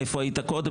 איפה היית קודם.